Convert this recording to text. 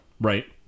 Right